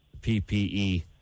PPE